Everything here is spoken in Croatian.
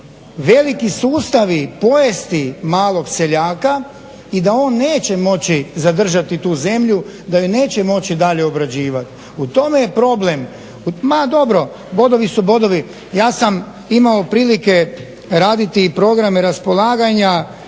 veliki sustavi pojesti malog seljaka i da on neće moći zadržati tu zemlju, da je neće moći dalje obrađivati. U tome je problem. Ma dobro, bodovi su bodovi. Ja sam imao prilike raditi i programe raspolaganja